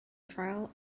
trial